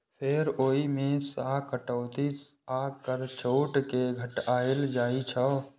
फेर ओइ मे सं कटौती आ कर छूट कें घटाएल जाइ छै